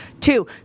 Two